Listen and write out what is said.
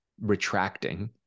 retracting